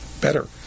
better